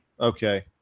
Okay